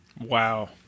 Wow